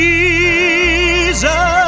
Jesus